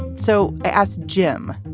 so i asked jim,